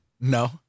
No